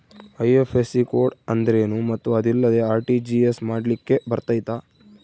IFSC code ಅಂದ್ರೇನು ಮತ್ತು ಅದಿಲ್ಲದೆ ಆರ್.ಟಿ.ಜಿ.ಎಸ್ ಮಾಡ್ಲಿಕ್ಕೆ ಬರ್ತೈತಾ?